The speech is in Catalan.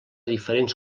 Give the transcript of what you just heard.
diferents